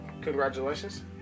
Congratulations